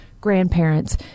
grandparents